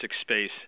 space